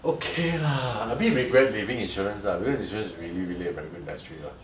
okay lah a bit regret leaving insurance lah because insurance is really really a very good industry lah